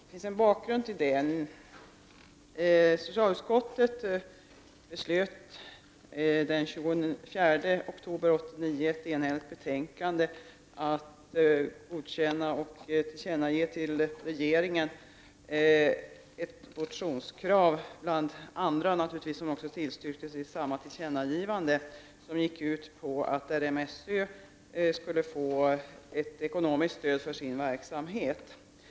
Bakgrunden till min fråga är att socialutskottet den 24 oktober 1989 enhälligt föreslog att riksdagen skulle ge regeringen till känna ett motionskrav som gick ut på att RMSÖ skulle få ett ekonomiskt stöd för sin verksamhet.